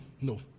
No